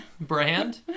brand